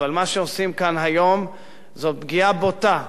אבל מה שעושים כאן היום זה פגיעה בוטה,